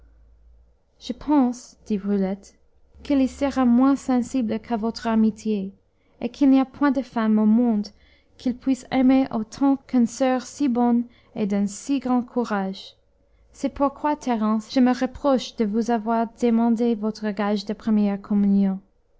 je pense dit brulette qu'il y sera moins sensible qu'à votre amitié et qu'il n'y a point de femme au monde qu'il puisse aimer autant qu'une soeur si bonne et d'un si grand courage c'est pourquoi thérence je me reproche de vous avoir demandé votre gage de première communion